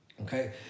okay